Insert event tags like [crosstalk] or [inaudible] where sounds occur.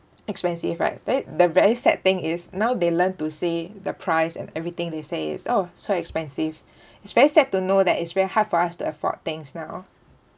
expensive right they the very sad thing is now they learn to see the price and everything they say is oh so expensive [breath] it's very sad to know that it's very hard for us to afford things now